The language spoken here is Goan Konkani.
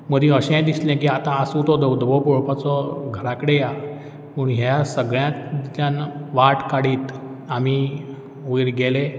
मदीं अशेंय दिसलें की आतां आसूं तो धबधबो पोळोवपाचो घरा कडेन या पूण ह्या सगळ्यांतल्यान वाट काडीत आमी वयर गेले